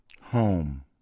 Home